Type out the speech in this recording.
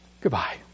Goodbye